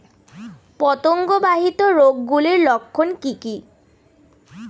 পতঙ্গ বাহিত রোগ গুলির লক্ষণ কি কি?